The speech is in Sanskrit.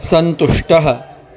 सन्तुष्टः